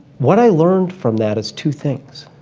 what i learned from that is two things.